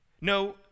No